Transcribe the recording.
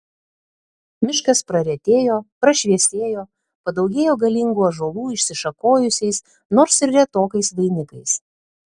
miškas praretėjo prašviesėjo padaugėjo galingų ąžuolų išsišakojusiais nors ir retokais vainikais